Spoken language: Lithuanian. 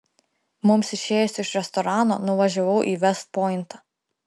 mums išėjus iš restorano nuvažiavau į vest pointą